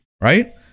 right